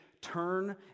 turn